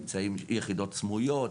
יחידות סמויות,